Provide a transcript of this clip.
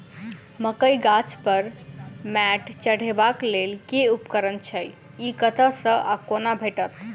मकई गाछ पर मैंट चढ़ेबाक लेल केँ उपकरण छै? ई कतह सऽ आ कोना भेटत?